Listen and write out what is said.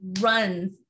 runs